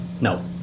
no